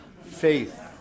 Faith